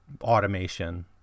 automation